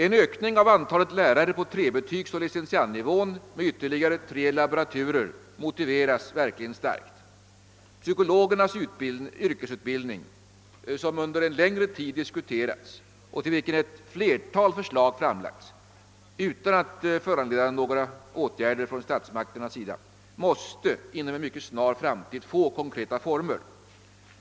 En ökning av antalet lärare på trebetygsoch licentiandnivån med ytterligare tre laboraturer kan «verkligen starkt motiveras. Psykologernas yrkesutbildning, vilken under en längre tid diskuterats och till vilken ett flertal förslag framlagts, dock utan att föranleda några åtgärder från statsmakterna, måste inom en mycket snar framtid få konkreta former.